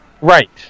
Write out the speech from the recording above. Right